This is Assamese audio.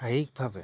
শাৰীৰিকভাৱে